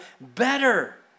better